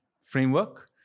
framework